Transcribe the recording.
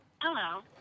Hello